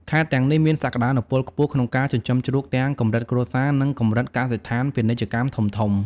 ខេត្តទាំងនេះមានសក្ដានុពលខ្ពស់ក្នុងការចិញ្ចឹមជ្រូកទាំងកម្រិតគ្រួសារ និងកម្រិតកសិដ្ឋានពាណិជ្ជកម្មធំៗ។